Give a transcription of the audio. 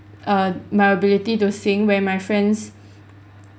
err my ability to sing where my friends